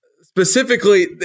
Specifically